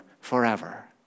forever